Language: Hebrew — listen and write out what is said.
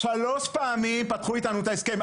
שלוש פעמים פתחו אתנו את ההסכם.